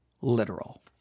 literal